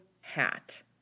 hat